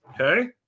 okay